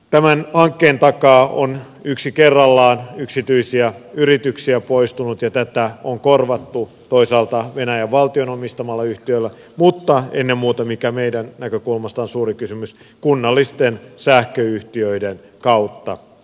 tämän hankkeen takaa on yksi kerrallaan yksityisiä yrityksiä poistunut ja tätä on korvattu toisaalta venäjän valtion omistamalla yhtiöllä mutta ennen muuta mikä meidän näkökulmasta on suuri kysymys kunnallisten sähköyhtiöiden kautta